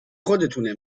خودتونه